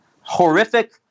horrific